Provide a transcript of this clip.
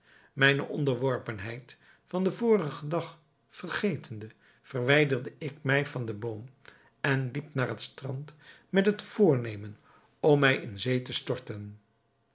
mijne onderworpenheid van den vorigen dag vergetende verwijderde ik mij van den boom en liep naar het strand met het voornemen om mij in zee te storten